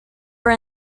are